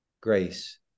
grace